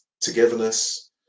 togetherness